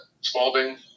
Spalding